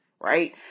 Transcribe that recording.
right